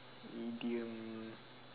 idiom